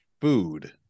food